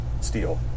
steel